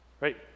Right